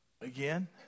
Again